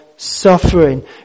Suffering